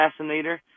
Assassinator